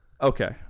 Okay